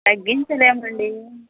తగ్గించలేమండి